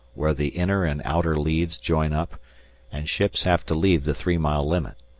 where the inner and outer leads join up and ships have to leave the three-mile limit.